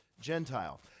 Gentile